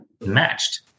matched